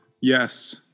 yes